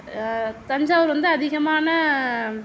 தஞ்சாவூர் வந்து அதிகமான